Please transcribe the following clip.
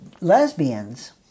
lesbians